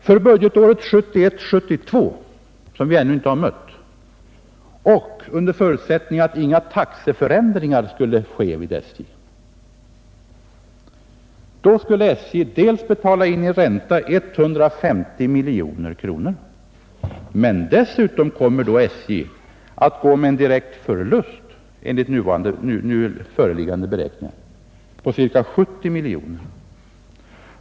För budgetåret 1971/72 — under förutsättning att inga taxeförändringar sker vid SJ — skulle i ränta betalas 150 miljoner kronor, men dessutom kommer SJ att gå med en direkt förlust enligt nu föreliggande beräkningar på cirka 70 miljoner kronor.